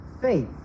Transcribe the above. faith